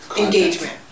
engagement